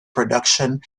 production